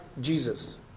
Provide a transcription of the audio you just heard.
Jesus